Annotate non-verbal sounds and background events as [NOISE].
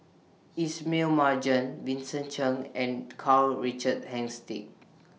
Ismail Marjan Vincent Cheng and Karl Richard [UNINTELLIGIBLE]